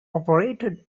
operated